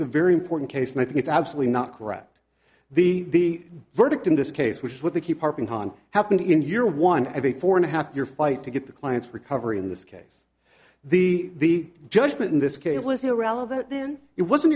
a very important case and i think it's absolutely not correct the verdict in this case which is what they keep harping on happened in year one every four and a half year fight to get the clients recovery in this case the judgment in this case the listener relevant then it wasn't